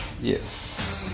Yes